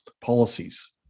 policies